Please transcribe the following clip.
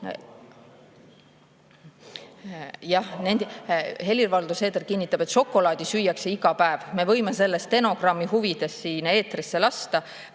Helir-Valdor Seeder kinnitab, et šokolaadi süüakse iga päev. Me võime selle stenogrammi huvides siin eetrisse lasta.